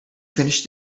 finish